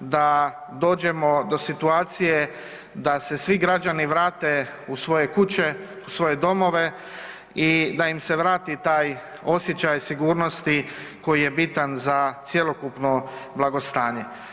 da dođemo do situacije da se svi građani vrate u svoje kuće, u svoje domove i da im se vrati taj osjećaj sigurnosti koji je bitan za cjelokupno blagostanje.